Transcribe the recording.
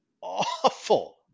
Awful